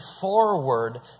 forward